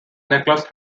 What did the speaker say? necklace